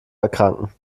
erkranken